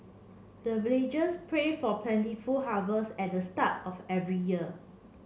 the villagers pray for plentiful harvest at the start of every year